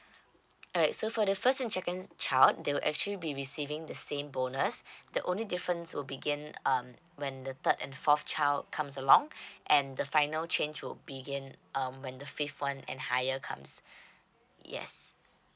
alright so for the first and second child they will actually be receiving the same bonus the only difference will begin um when the third and fourth child comes along and the final change will begin um when the fifth one and higher comes yes